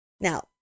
Now